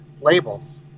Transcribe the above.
labels